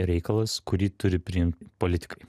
reikalas kurį turi priimt politikai